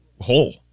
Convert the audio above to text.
whole